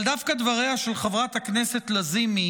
אבל דווקא דבריה של חברת הכנסת לזימי